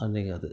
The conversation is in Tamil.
அன்றைக்கி அது